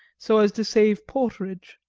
so as to save porterage.